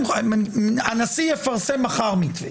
אבל הנשיא יפרסם מחר מתווה,